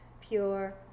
pure